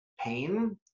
pain